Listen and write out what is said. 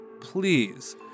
please